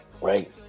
right